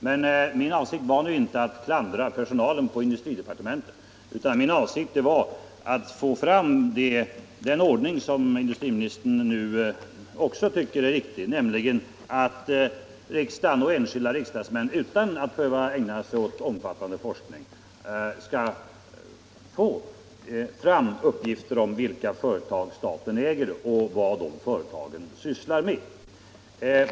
Men min avsikt var nu inte att klandra personalen på industridepartementet utan att få fram den ordning som nu också industriministern tycker är riktig, nämligen att riksdagen och enskilda riksdagsmän utan att behöva ägna sig åt omfattande forskning skall få fram uppgifter om vilka företag staten äger och vad de företagen sysslar med.